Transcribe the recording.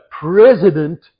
president